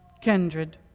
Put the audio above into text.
kindred